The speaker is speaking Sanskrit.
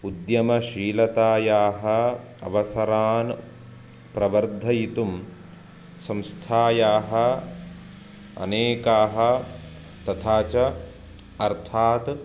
उद्यमशीलतायाः अवसरान् प्रवर्धयितुं संस्थायाः अनेकाः तथा च अर्थात्